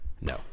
No